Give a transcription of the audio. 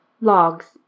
Logs